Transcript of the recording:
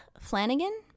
Flanagan